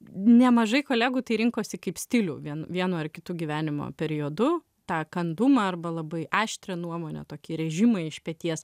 nemažai kolegų tai rinkosi kaip stilių vien vienu ar kitu gyvenimo periodu tą kandumą arba labai aštrią nuomonę tokį rėžimai iš peties